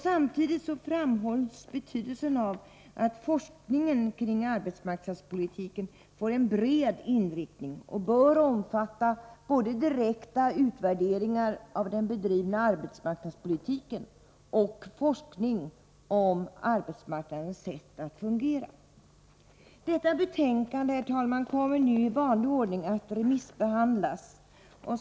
Samtidigt framhålls betydelsen av att forskningen kring arbetsmarknadspolitiken får en bred inriktning och omfattar både direkta utvärderingar av den bedrivna arbetsmarknadspolitiken och forskning om arbetsmarknadens sätt att fungera. Detta betänkande kommer nu, herr talman, att i vanlig ordning remissbehandlas.